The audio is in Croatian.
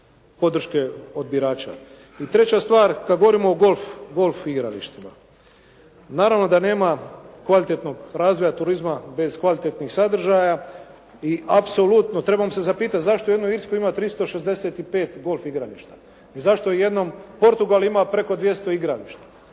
I treća s tvar kada govorimo o golfu, golf igralištima. Naravno da nema kvalitetnog razvoja turizma bez kvalitetnog sadržaja i apsolutno trebamo se zapitati zašto u jednoj Irskoj ima 365 golf igrališta. Zašto u jednom Portugalu ima preko 200 igrališta.